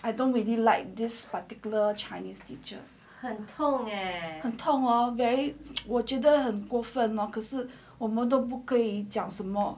I don't really like this particular chinese teacher 很痛 hor very 我觉得很过分咯可是我们都不可以讲什么